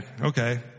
okay